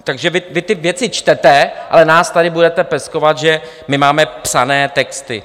Takže vy ty věci čtete, ale nás tady budete peskovat, že my máme psané texty.